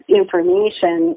information